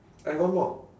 I want more